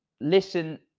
Listen